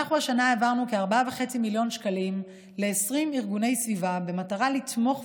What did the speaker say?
אנחנו העברנו השנה כ-4.5 מיליון שקלים ל-20 ארגוני סביבה במטרה לתמוך,